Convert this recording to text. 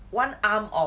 one arm of